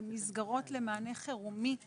הן מסגרות למענה חירומי לקטינים.